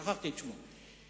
שכחתי את שמו.